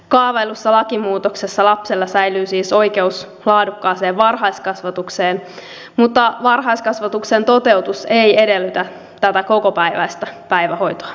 kaavaillussa lakimuutoksessa lapsella säilyy siis oikeus laadukkaaseen varhaiskasvatukseen mutta varhaiskasvatuksen toteutus ei edellytä tätä kokopäiväistä päivähoitoa